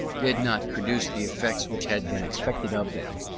did not produce the effects which had been expected of them,